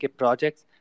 projects